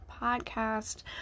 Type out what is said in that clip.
podcast